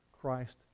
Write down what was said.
Christ